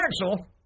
Cancel